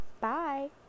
Bye